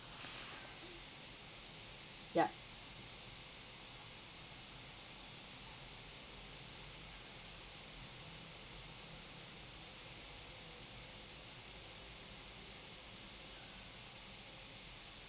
yup